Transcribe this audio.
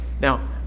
Now